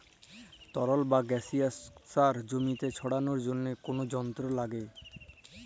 তরল বা গাসিয়াস সার জমিতে ছড়ালর জন্হে কল যন্ত্র লাগে